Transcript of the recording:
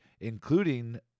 including